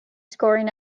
scoring